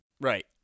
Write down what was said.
Right